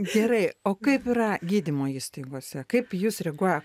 gerai o kaip yra gydymo įstaigose kaip į jūs reaguoja